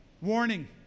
warning